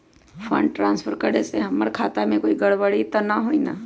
Fund transfer करे से हमर खाता में कोई गड़बड़ी त न होई न?